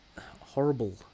horrible